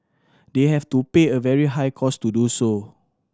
they have to pay a very high cost to do so